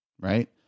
right